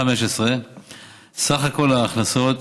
סך ההכנסות,